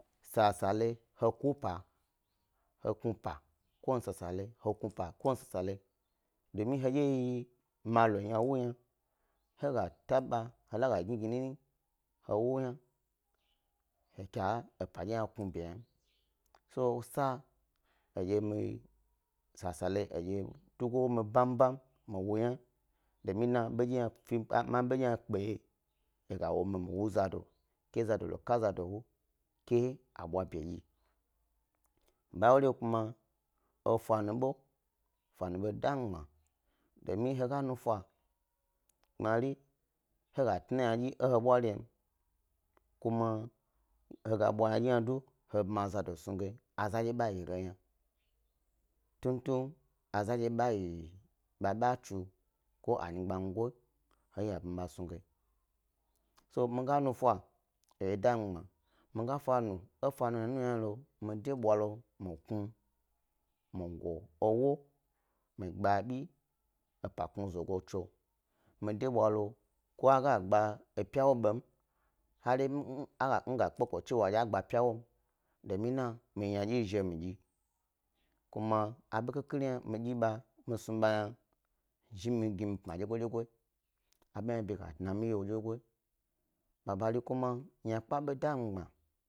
Sa sale he ku pa, he kpmi pako wani sa sale ko wani sa sale domin hedye yi malo yna wu yna he taba he la ga gnigni nini he wu yna he kyae epa dye hna kpmi be. Ynam, so sa hedye, mi yi sasalo hni dye mi tugo ga wo mi bambam mi wu yna domin na ɓo dye he, ma ɓo dye hna kpeye ga womi, mi wo zado ke zado lo ka zado wu ke abwa bi dyi, baya ewori kuma efa nu ɓo, fa nu ɓo da mi gbma domin he ga nufa gbmari he ga tna yna dye e he bwarim kuma he ga bwa ke bmya a zado snu do azandye ba yi gem yna, tuntun azandye ɓaɓa tsu, ko anyi gbmago he eya he bmya ɓa snu ge. So mi ga nufa hedye da mi gbma mi ga fanu, e fanunu yna hna lo mi de bwa lo mi knu mi go ewo mi gbma abi epa kpmi zogo tso mide bwa lo mi knu mi go ewo mi gbma abi epa kpmi zogo tso mi de bwalo ko a gba epya wo ɓem, hari miga kpeko dye a gba pya wom, domin na mi yi ynadyi zhiko mi dyi kuma aɓo khikhiri mi snu ɓa yna gi mi pmi dyego dyegoyi aɓo heɓe ga dna mi wye dyego. Babari ku ma yna kpe ɓo da mi gbma.